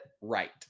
right